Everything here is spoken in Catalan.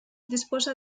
disposa